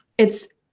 it's.